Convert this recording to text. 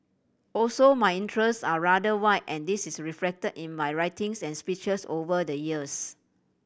also my interest are rather wide and this is reflect in my writings and speeches over the years